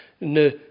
ne